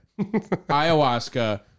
Ayahuasca